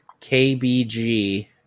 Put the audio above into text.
KBG